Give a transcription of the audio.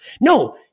no